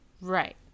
Right